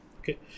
okay